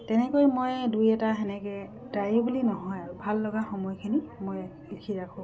তেনেকৈ মই দুই এটা সেনেকে ডায়েৰী বুলি নহয় আৰু ভাল লগা সময়খিনি মই লিখি ৰাখোঁ